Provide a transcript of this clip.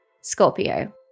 Scorpio